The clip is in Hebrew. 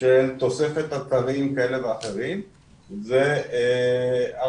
של תוספת אתרים כאלה ואחרים זה הרשויות,